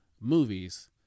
movies